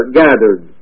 gathered